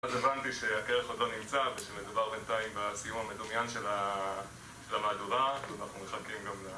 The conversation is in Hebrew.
אז הבנתי שהקרח עוד לא נמצא ושמדובר בינתיים בסיום המדומיין של המהדורה ואנחנו מחכים גם לעבודה.